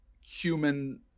human